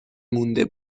مونده